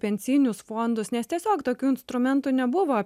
pensijinius fondus nes tiesiog tokių instrumentų nebuvo